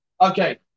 okay